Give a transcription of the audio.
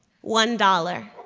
one dollars.